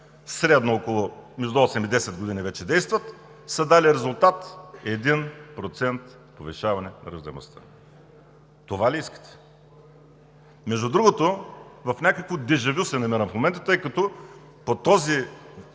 средно между 8 – 10 години вече действат, са дали резултат 1% повишаване на раждаемостта. Това ли искате? Между другото, в някакво déjà vu се намирам в момента, тъй като по този